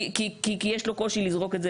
כי יש לו קושי לזרוק את זה